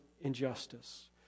injustice